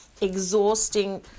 exhausting